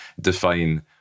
define